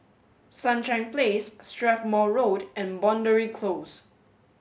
Sunshine Place Strathmore Road and Boundary Close